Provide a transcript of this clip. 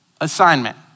assignment